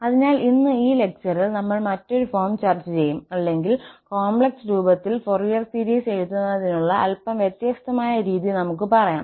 അതിനാൽ ഇന്ന് ഈ ലെക്ചറിൽ നമ്മൾ മറ്റൊരു ഫോം ചർച്ച ചെയ്യും അല്ലെങ്കിൽ കോംപ്ലക്സ് രൂപത്തിൽ ഫോറിയർ സീരീസ് എഴുതുന്നതിനുള്ള അല്പം വ്യത്യസ്തമായ രീതി നമുക്ക് പറയാം